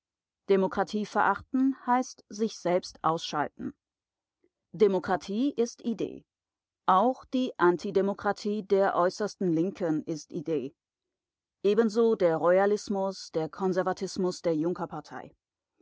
demokratie verachten heißt sich selbst ausschalten demokratie ist idee auch die antidemokratie der äußersten linken ist idee ebenso der royalismus der konservativismus der